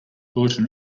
bulletin